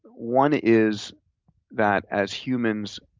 one is that as humans,